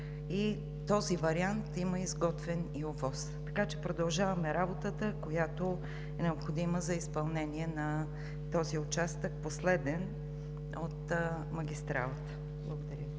този вариант има изготвена ОВОС. Така че продължаваме работата, която е необходима за изпълнение на този последен участък от магистралата. Благодаря